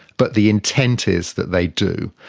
but the intent is that they do.